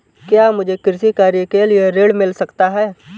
क्या मुझे कृषि कार्य के लिए ऋण मिल सकता है?